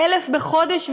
1,000 בחודש,